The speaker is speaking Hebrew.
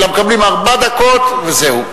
אלא מקבלים ארבע דקות וזהו.